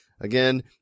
Again